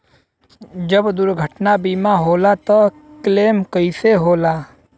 जब दुर्घटना बीमा होला त क्लेम कईसे होला?